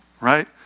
right